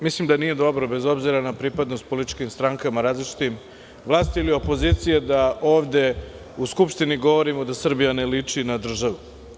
Mislim da nije dobro, bez obzira na pripadnost različitim političkim strankama, vlasti ili opozicije, da ovde u Skupštini govorimo da Srbija ne liči na državu.